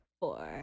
four